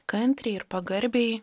kantriai ir pagarbiai